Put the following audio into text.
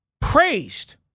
praised